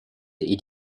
est